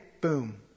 boom